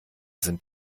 sind